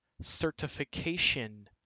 certification